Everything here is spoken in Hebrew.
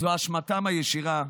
זו אשמתם הישירה,